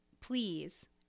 please